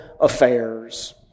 affairs